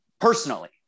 personally